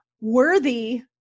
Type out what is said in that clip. worthy